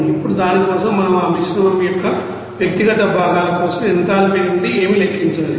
ఇప్పుడు దాని కోసం మనం ఆ మిశ్రమం యొక్క వ్యక్తిగత భాగాల కోసం ఎంథాల్పీ నుండి ఏమి లెక్కించాలి